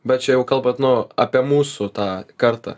bet čia jau kalbant nu apie mūsų tą kartą